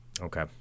Okay